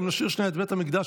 אם נשאיר שנייה את בית המקדש,